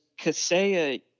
Kaseya –